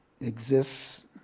exists